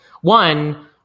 one